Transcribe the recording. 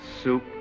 soup